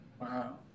Wow